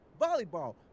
volleyball